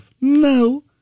No